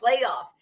playoff